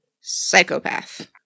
psychopath